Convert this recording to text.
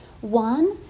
One